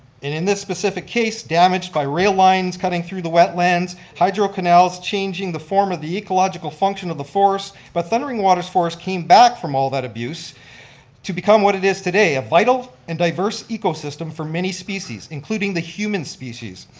in this specific case, damage by rail lines cutting through the wetlands, hydro canals changing the form of the ecological function of the forest, but thundering waters forest came back from all that abuse to become what it is today a vital and diverse ecosystem for many species, including the human species.